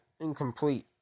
incomplete